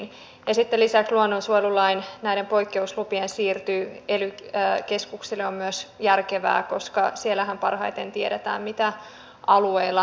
ja sitten lisäksi luonnonsuojelulain poikkeuslupien siirtyminen ely keskuksille on myös järkevää koska siellähän parhaiten tiedetään mitä alueilla tapahtuu